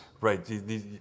right